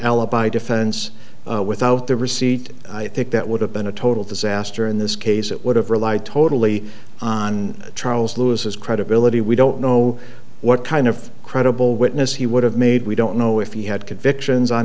alibi defense without the receipt i think that would have been a total disaster in this case it would have rely totally on charles lewis his credibility we don't know what kind of credible witness he would have made we don't know if he had convictions on